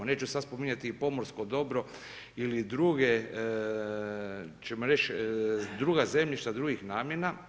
Neću sad spominjati i pomorsko dobro ili druge ćemo reći, druga zemljišta drugih namjena.